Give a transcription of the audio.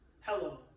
Hello